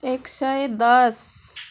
एक सय दस